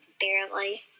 barely